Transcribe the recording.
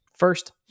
First